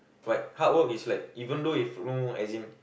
but hard work is like even though is no as in